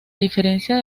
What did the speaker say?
diferencia